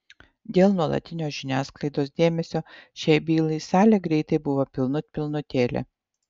dėl nuolatinio žiniasklaidos dėmesio šiai bylai salė greitai buvo pilnut pilnutėlė